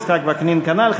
יצחק וקנין, כנ"ל.